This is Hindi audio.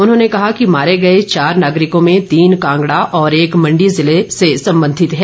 उन्होंने कहा कि मारे गए चार नागरिकों में तीन कांगड़ा और एक मंडी जिले संबंधित हैं